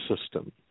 system